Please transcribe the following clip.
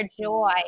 joy